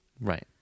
Right